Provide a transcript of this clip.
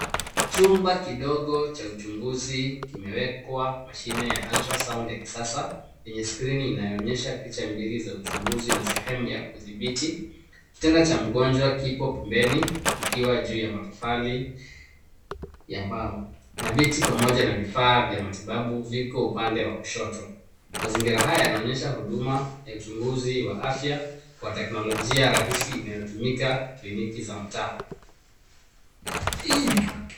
Chumba kidogo cha uchunguzi kimewekwa mashine ya ultrasound ya kisasa yenye skrini inayoonyesha picha mbili za uchunguzi na sehemu ya kudhibiti. Kitanda cha mgonjwa kipo pembeni ikiwa juu ya matofali ya mbao na viti pamoja na vifaa vya matibabu viko upande wa kushoto. Mazingira haya yanaonyesha huduma ya uchunguzi wa afya kwa teknolojia rahisi inayotumika kliniki za mtaa.